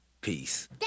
Peace